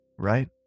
right